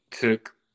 took